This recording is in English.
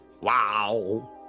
Wow